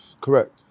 Correct